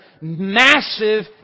massive